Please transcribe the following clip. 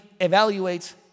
evaluates